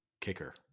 kicker